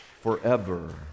forever